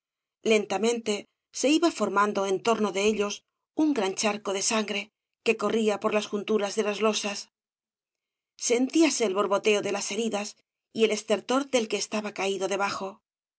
lentamente se iba formando en torno de ellos un gran sg obras de valle inclan charco de sangre que corría por las junturas de las losas sentíase el borboteo de las heridas y el estertor del que estaba caído debajo